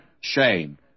shame